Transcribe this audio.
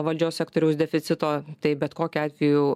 valdžios sektoriaus deficito tai bet kokiu atveju